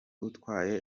utwaye